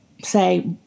say